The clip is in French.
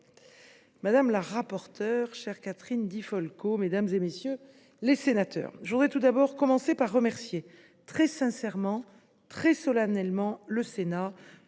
madame la rapporteure, chère Catherine Di Folco, mesdames, messieurs les sénateurs, je voudrais tout d’abord remercier très sincèrement et très solennellement le Sénat